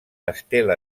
estela